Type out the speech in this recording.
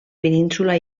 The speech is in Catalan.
península